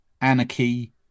anarchy